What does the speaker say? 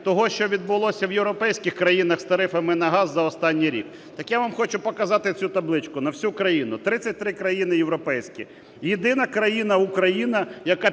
того, що відбулося в європейських країнах з тарифами на газ за останній рік. Так я вам хочу показати цю табличку на всю країну. 33 країни європейські: єдина країна - Україна, яка піднімала